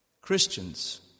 Christians